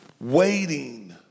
waiting